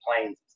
planes